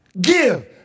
Give